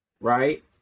right